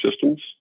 systems